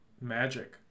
Magic